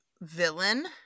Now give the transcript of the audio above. villain